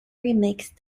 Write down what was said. remixed